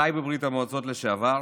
חי בברית המועצות לשעבר.